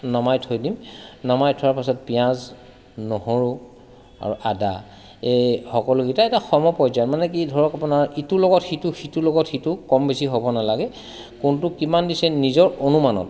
নমাই থৈ দিম নমাই থোৱাৰ পাছত পিঁয়াজ নহৰু আৰু আদা এই সকলোকেইটা এটা সম পৰ্যায়ত মানে কি ধৰক আপোনাৰ ইটোৰ লগত সিটো সিটোৰ লগত সিটো কম বেছি হ'ব নালাগে কোনটো কিমান দিছে নিজৰ অনুমানত